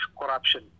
corruption